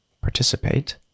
participate